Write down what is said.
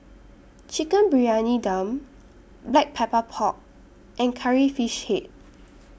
Chicken Briyani Dum Black Pepper Pork and Curry Fish Head